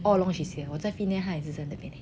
all along she is here wo 在 finnair 他也是在那边 leh